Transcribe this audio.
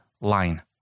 line